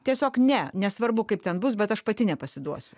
tiesiog ne nesvarbu kaip ten bus bet aš pati nepasiduosiu